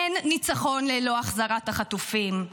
אין ניצחון ללא החזרת החטופים,